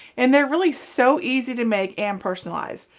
and they're really so easy to make and personalize.